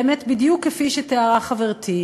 באמת בדיוק כפי שתיארה חברתי,